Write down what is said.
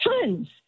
Tons